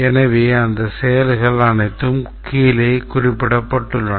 எனவே அந்த செயல்கள் அனைத்தும் கீழே குறிப்பிடப்பட்டுள்ளன